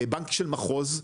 בנק של מחוז,